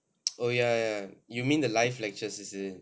oh ya ya you mean the live lectures is it